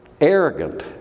arrogant